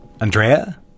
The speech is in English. Andrea